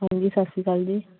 ਹਾਂਜੀ ਸਤਿ ਸ਼੍ਰੀ ਅਕਾਲ ਜੀ